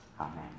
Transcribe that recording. Amen